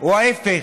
או ההפך,